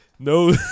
No